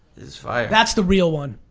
is fire. that's the real one.